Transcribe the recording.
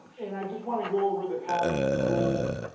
and i just wanna go over the patterns, the rules,